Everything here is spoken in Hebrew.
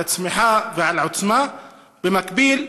על הצמיחה ועל העוצמה במקביל,